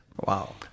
Wow